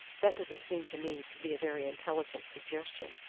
that doesn't seem to me to be a very intelligent suggestion.